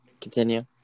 continue